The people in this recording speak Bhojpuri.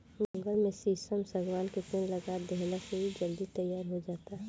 जंगल में शीशम, शागवान के पेड़ लगा देहला से इ जल्दी तईयार हो जाता